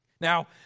Now